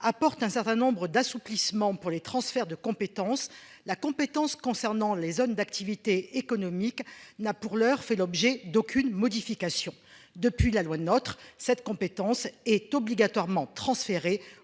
apporte un certain nombre d'assouplissement pour les transferts de compétence la compétence concernant les zones d'activités économiques n'a pour l'heure fait l'objet d'aucune modification depuis la loi de notre cette compétence est obligatoirement transférée